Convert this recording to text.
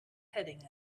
heading